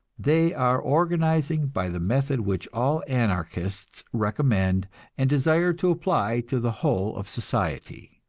they are organizing by the method which all anarchists recommend and desire to apply to the whole of society.